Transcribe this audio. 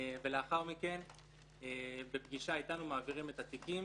ולאחר מכן בפגישה איתנו מעבירים את התיקים